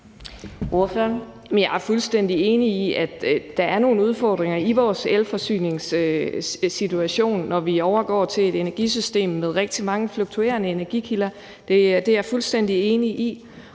Jeg er fuldstændig enig i, at der er nogle udfordringer i vores elforsyningssituation, når vi overgår til et energisystem med rigtig mange fluktuerende energikilder. Det er jeg fuldstændig enig i.